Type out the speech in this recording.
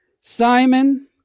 Simon